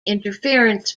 interference